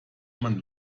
man